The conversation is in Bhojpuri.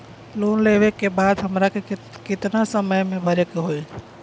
लोन लेवे के बाद हमरा के कितना समय मे भरे के होई?